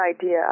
idea